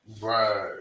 Right